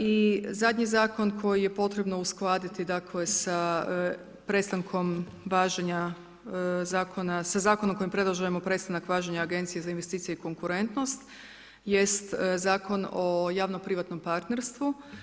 I zadnji Zakon koji je potrebno uskladiti, dakle, sa prestankom važenja Zakona, sa Zakonom kojim predlažemo prestanak važenja Agencije za investicije i konkurentnost jest Zakon o javno privatnom partnerstvu.